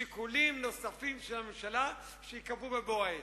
שיקולים נוספים של הממשלה שייקבעו בבוא העת.